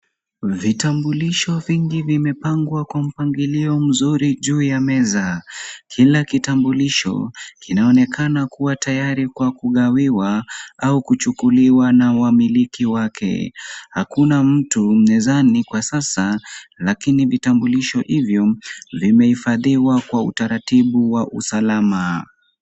Vitambulisho vingi vimepangwa kwa mpangilio mzuri juu ya meza. Kila kitambulisho kinaonekana kuwa tayari kwa kugawiwa au kuchukuliwa na wamiliki wake. Hakuna mtu mezani kwa sasa, lakini vitambulisho hivyo vimehifadhiwa kwa utaratibu wa usalama.